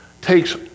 takes